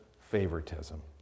favoritism